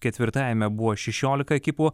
ketvirtajame buvo šešiolika ekipų